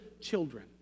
children